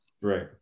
Right